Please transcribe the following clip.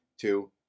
two